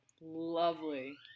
Lovely